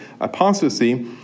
apostasy